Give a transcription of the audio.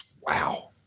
wow